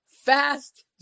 Fast